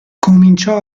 cominciò